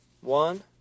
One